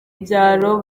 byaro